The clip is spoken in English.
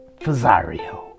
Fazario